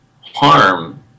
harm